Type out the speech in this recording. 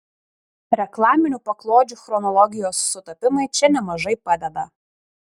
reklaminių paklodžių chronologijos sutapimai čia nemažai padeda